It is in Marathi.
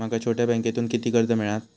माका छोट्या बँकेतून किती कर्ज मिळात?